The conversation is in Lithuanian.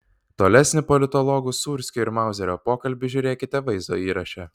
tolesnį politologų sūrskio ir mauzerio pokalbį žiūrėkite vaizdo įraše